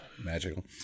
Magical